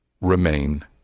remain